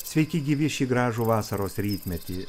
sveiki gyvi šį gražų vasaros rytmetį